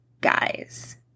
guys